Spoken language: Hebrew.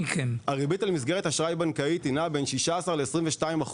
הריבית על מסגרת האשראי הבנקאית נעה בין 16% ל-22%.